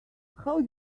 how